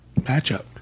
matchup